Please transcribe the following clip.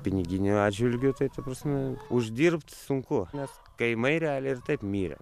piniginiu atžvilgiu tai ta prasme uždirbt sunku nes kaimai realiai ir taip mirę